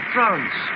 France